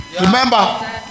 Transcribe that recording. Remember